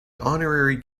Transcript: honorary